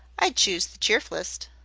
i'd choose the cheerflest.